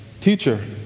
Teacher